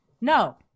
No